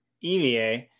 EVA